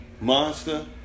Monster